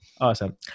Awesome